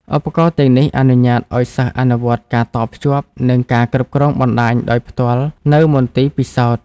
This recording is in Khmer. ឧបករណ៍ទាំងនេះអនុញ្ញាតឱ្យសិស្សអនុវត្តការតភ្ជាប់និងការគ្រប់គ្រងបណ្តាញដោយផ្ទាល់នៅមន្ទីរពិសោធន៍។